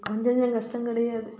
கொஞ்சம் நஞ்சம் கஷ்டம் கிடையாது